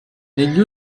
negli